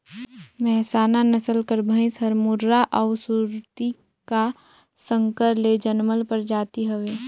मेहसाना नसल कर भंइस हर मुर्रा अउ सुरती का संकर ले जनमल परजाति हवे